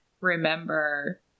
remember